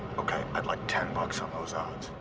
okay, i'd like ten bucks on those odds.